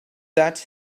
that